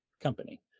company